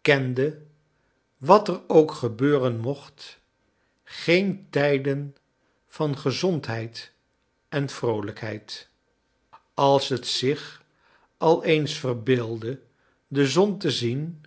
kende wat er ook gebeuren mocht geen tij den van gezondheid en vroolijkheid als het zich al eens verbeeldde de zon te zien